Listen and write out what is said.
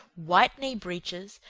white knee breeches,